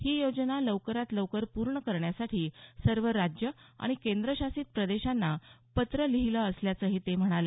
ही योजना लवकरात लवकर पूर्ण करण्यासाठी सर्व राज्यं आणि केंद्रशासित प्रदेशांना पत्र लिहिलं असल्याचंही ते म्हणाले